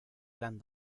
clan